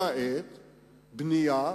פרט לבנייה,